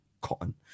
Cotton